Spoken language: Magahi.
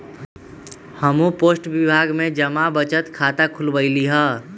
हम्हू पोस्ट विभाग में जमा बचत खता खुलवइली ह